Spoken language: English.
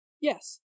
Yes